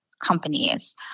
companies